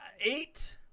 eight